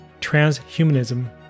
Transhumanism